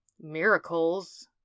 miracles